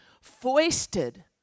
foisted